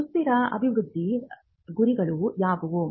ಸುಸ್ಥಿರ ಅಭಿವೃದ್ಧಿ ಗುರಿಗಳು ಯಾವುವು